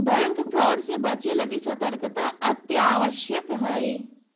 bank fraud से बचे लगी सतर्कता अत्यावश्यक हइ